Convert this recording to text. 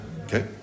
Okay